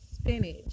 spinach